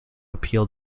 appeal